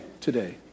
today